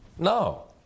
No